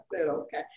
okay